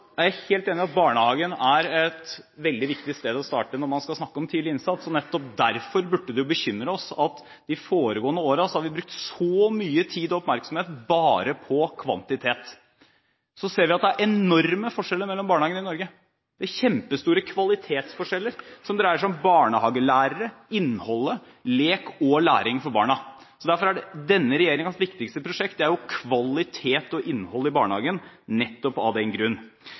er jeg helt enig i at barnehagen er et veldig viktig sted å starte når man skal snakke om tidlig innsats. Nettopp derfor burde det bekymre oss at vi i de foregående årene har brukt så mye tid og oppmerksomhet bare på kvantitet. Så ser vi at det er enorme forskjeller mellom barnehagene i Norge – det er kjempestore kvalitetsforskjeller – som dreier seg om barnehagelærere, innhold, lek og læring for barna. Derfor er denne regjeringens viktigste prosjekt kvalitet og innhold i barnehagen, nettopp av den grunn.